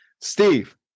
Steve